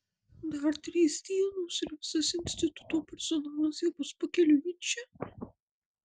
dar trys dienos ir visas instituto personalas jau bus pakeliui į čia